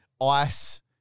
ice